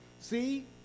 See